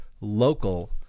local